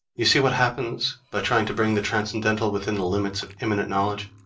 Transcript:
you see what happens by trying to bring the transcendental within the limits of immanent knowledge.